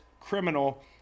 criminal